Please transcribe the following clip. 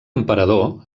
emperador